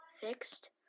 fixed